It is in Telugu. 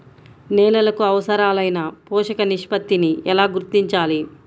నేలలకు అవసరాలైన పోషక నిష్పత్తిని ఎలా గుర్తించాలి?